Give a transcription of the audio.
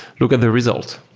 look at the result.